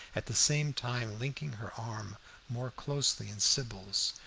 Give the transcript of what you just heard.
at the same time linking her arm more closely in sybil's.